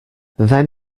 then